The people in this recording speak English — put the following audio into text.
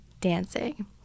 dancing